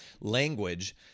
language